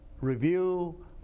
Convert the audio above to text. review